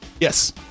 yes